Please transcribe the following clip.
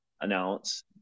announce